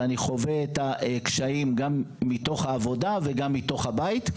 ואני חווה את הקשיים גם מתוך העבודה וגם מתוך הבית.